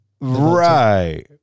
Right